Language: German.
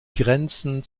grenzen